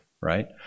right